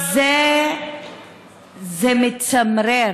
לא שמעתי